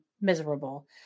miserable